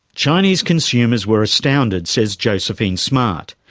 chinese consumers were astounded, says josephine smart.